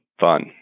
fun